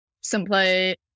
simply